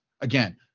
Again